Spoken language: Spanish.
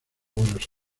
buenos